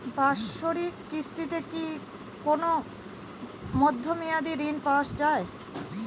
বাৎসরিক কিস্তিতে কি কোন মধ্যমেয়াদি ঋণ পাওয়া যায়?